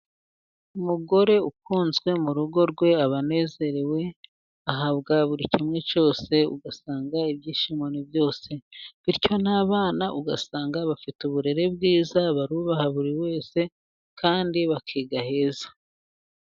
Umugore ukunzwe mu rugo rwe aba anezerewe, ahabwa buri kimwe cyose ugasanga ibyishimo ni byose. Bityo n'abana ugasanga bafite uburere bwiza, barubaha buri wese kandi bakiga heza.